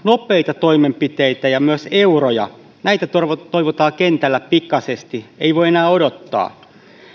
nopeita toimenpiteitä ja myös euroja näitä toivotaan kentällä pikaisesti ei voi enää odottaa